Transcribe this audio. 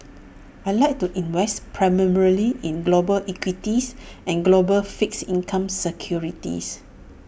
I Like to invest primarily in global equities and global fixed income securities